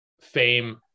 fame